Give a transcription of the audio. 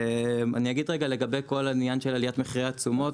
אגיד לגבי כל העניין של עליית מחירי התשומות.